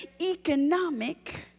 economic